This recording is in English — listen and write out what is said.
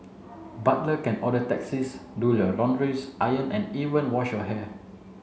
butler can order taxis do your laundries iron and even wash your hair